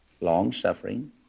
long-suffering